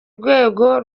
rwego